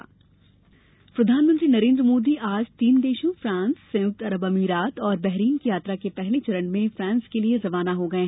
मोदी फ़ांसयात्रा प्रधानमंत्री नरेन्द्र मोदी आज तीन देशों फ्रांस संयुक्त अरब अमीरात और बहरीन की यात्रा के पहले चरण में फ़ांस के लिए रवाना हो गये